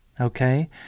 okay